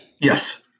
Yes